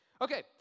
Okay